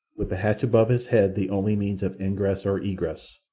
with the hatch above his head the only means of ingress or egress.